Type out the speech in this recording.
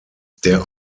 der